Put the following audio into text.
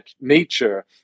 nature